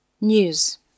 News